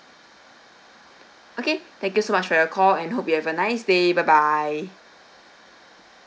okay thank you so much for your call and hope you have a nice day bye bye